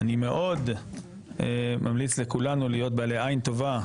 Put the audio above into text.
אני כאן כממלא מקום יושב ראש הוועדה אופיר כץ.